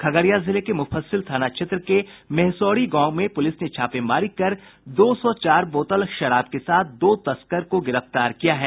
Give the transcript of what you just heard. खगड़िया जिले के मुफस्सिल थाना क्षेत्र के मेहसौड़ी गांव में पुलिस ने छापेमारी कर दो सौ चार बोतल शराब के साथ दो तस्कर को गिरफ्तार किया है